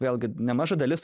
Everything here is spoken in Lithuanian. vėlgi nemaža dalis